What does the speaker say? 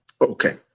okay